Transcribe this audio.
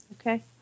Okay